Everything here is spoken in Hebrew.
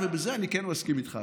ובזה אני כן מסכים איתך,